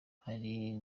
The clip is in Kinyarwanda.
hari